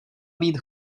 být